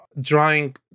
drawing